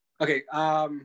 Okay